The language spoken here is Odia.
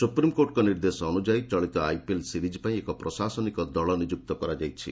ସୁପ୍ରମିକୋର୍ଟଙ୍କ ନିର୍ଦ୍ଦେଶ ଅନୁଯାୟୀ ଚଳିତ ଆଇପିଏଲ୍ ସିରିଜ୍ ପାଇଁ ଏକ ପ୍ରଶାସନିକ ଦଳ ନିଯୁକ୍ତ କରାଯାଇଛି